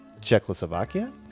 Czechoslovakia